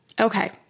Okay